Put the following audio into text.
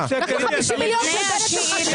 קח